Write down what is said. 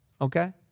okay